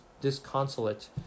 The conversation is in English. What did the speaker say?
disconsolate